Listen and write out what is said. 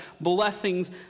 blessings